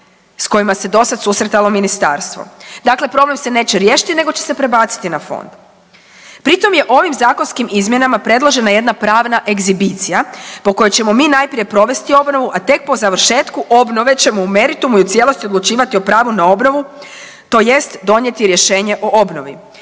s kojima se dosad susretalo ministarstvo. Dakle, problem se neće riješiti nego će se prebaciti na fond. Pri tom je ovim zakonskim izmjenama predložena jedna pravna ekshibicija po kojoj ćemo mi najprije provesti obnovu, a tek po završetku obnove ćemo u meritumu i u cijelosti odlučivati o pravu na obnovu tj. donijeti rješenje o obnovi.